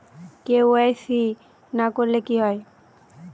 KYC না করলে কি হয়?